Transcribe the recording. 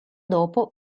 dopo